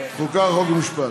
חוקה, חוק ומשפט.